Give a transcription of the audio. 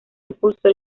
impulsó